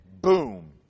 Boom